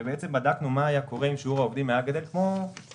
בעצם בדקנו מה היה קורה אם שיעור העובדים היה גדל כמו בשגרה,